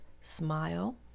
smile